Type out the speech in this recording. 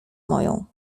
moją